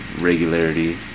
regularity